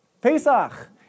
Pesach